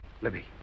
Libby